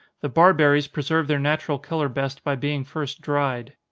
the barberries preserve their natural color best by being first dried.